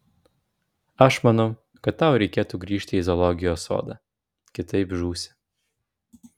aš manau kad tau reikėtų grįžti į zoologijos sodą kitaip žūsi